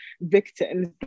victims